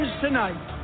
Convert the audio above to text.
tonight